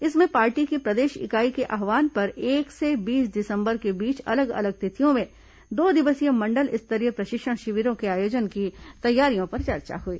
इसमें पार्टी की प्रदेश इकाई के आव्हान पर एक से बीस दिसंबर के बीच अलग अलग तिथियों में दो दिवसीय मंडल स्तरीय प्रशिक्षण शिविरों के आयोजन की तैयारियों पर चर्चा हुई